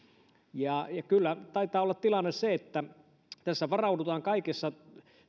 kyllä taitaa olla tilanne se että tässä varaudutaan kaikissa